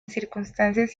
circunstancias